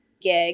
gig